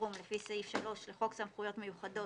חירום לפי סעיף 3 לחוק סמכויות מיוחדות,